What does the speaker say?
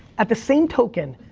at the same token,